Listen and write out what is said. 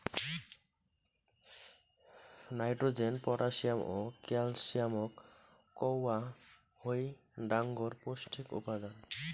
nitrogen, potassium ও ক্যালসিয়ামক কওয়া হই ডাঙর পৌষ্টিক উপাদান